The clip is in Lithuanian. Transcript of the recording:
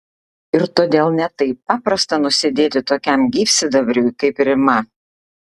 ir todėl ne taip paprasta nusėdėti tokiam gyvsidabriui kaip rima